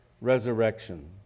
resurrection